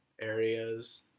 areas